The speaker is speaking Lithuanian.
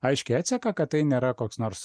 aiškiai atseka kad tai nėra koks nors